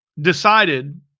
decided